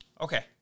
Okay